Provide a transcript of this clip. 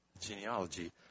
genealogy